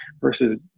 versus